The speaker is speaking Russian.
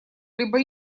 либо